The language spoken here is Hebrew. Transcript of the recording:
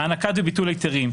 הענקת וביטול היתרים,